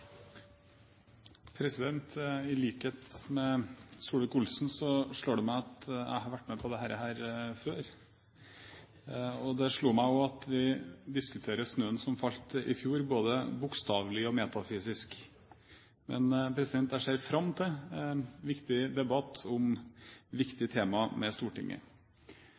vært med på dette før. Det slo meg også at vi diskuterer snøen som falt i fjor, både bokstavelig og metafysisk. Men jeg ser fram til en viktig debatt om et viktig tema med Stortinget.